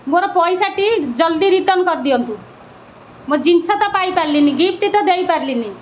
ମୋର ପଇସାଟି ଜଲଦି ରିଟର୍ଣ୍ଣ୍ କରିଦିଅନ୍ତୁ ମୋ ଜିନିଷ ତ ପାଇପାରିଲିନି ଗିଫ୍ଟ୍ଟି ତ ଦେଇପାରିଲିନି